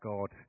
God